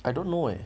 I don't know eh